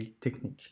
technique